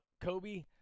Kobe